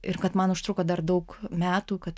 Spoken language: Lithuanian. ir kad man užtruko dar daug metų kad